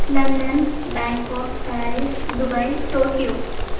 London Bangkok Paris Dubai Tokyo